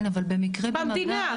כן, אבל במקרה במג"ב,